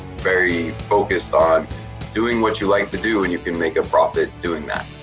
very focused on doing what you like to do and you can make a profit doing that.